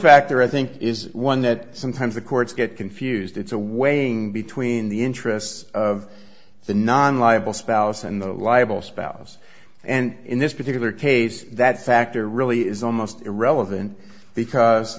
factor i think is one that sometimes the courts get confused it's a waiting between the interests of the non liable spouse and the liable spouse and in this particular case that factor really is almost irrelevant because